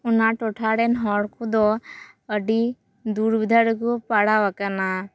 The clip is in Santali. ᱚᱱᱟ ᱴᱚᱴᱷᱟ ᱨᱮᱱ ᱦᱚᱲ ᱠᱚᱫᱚ ᱟᱹᱰᱤ ᱫᱩᱨᱵᱤᱫᱟ ᱨᱮᱠᱚ ᱯᱟᱲᱟᱣ ᱟᱠᱟᱱᱟ